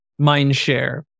Mindshare